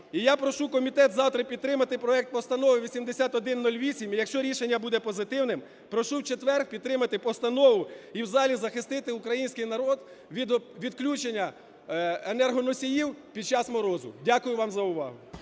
І я прошу комітет завтра підтримати проект Постанови 8108, і якщо рішення буде позитивним, прошу в четвер підтримати постанову і в залі захистити український народ від відключення енергоносіїв під час морозу. Дякую вам за увагу.